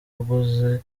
waguze